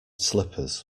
slippers